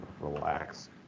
relax